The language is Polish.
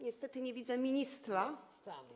Niestety nie widzę ministra.